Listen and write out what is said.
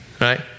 Right